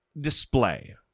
display